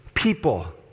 people